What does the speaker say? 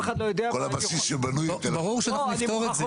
אף אחד לא יודע --- כל הבסיס שבנוי --- ברור שאנחנו נפתור את זה.